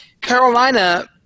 Carolina